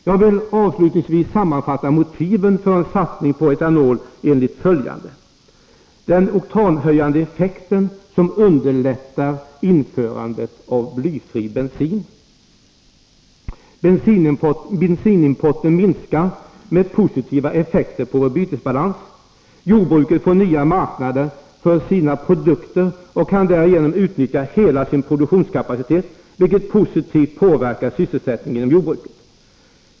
Jag vill sammanfatta motiven för en satsning på etanol enligt följande: Etanol har en oktanhöjande effekt, vilket underlättar införandet av blyfri bensin. Bensinimporten minskar, med positiva effekter på vår bytesbalans. Jordbruket får nya marknader för sina produkter och kan därigenom utnyttja hela sin produktionskapacitet, vilket positivt påverkar sysselsättningen inom jordbruket.